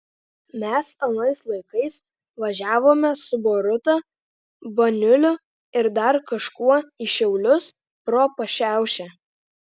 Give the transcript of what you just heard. mes anais laikais važiavome su boruta baniuliu ir dar kažkuo į šiaulius pro pašiaušę